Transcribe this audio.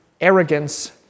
arrogance